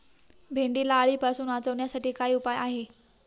भेंडीला अळीपासून वाचवण्यासाठी काय उपाय आहे?